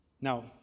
Now